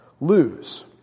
lose